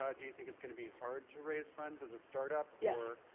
ah do you think it's gonna be hard to raise funds as a startup? yes! or,